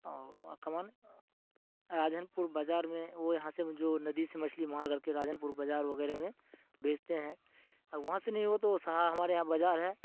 اور کمان راجن پور بازار میں وہ یہاں سے جو ندی سے مچھلی مار کر کے راجن پور بازار وغیرہ میں بیچتے ہیں اور وہاں سے نہیں ہو تو وہ سارا ہمارے یہاں بازار ہے